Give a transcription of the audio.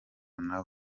nawe